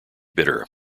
bitter